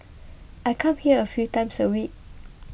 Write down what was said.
I come here a few times a week